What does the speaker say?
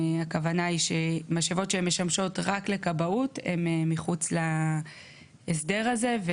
משאבות שמשמשות רק לכבאות הן מחוץ להסדר הזה,